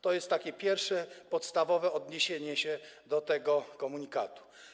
To jest takie pierwsze podstawowe odniesienie się do tego komunikatu.